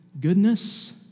Goodness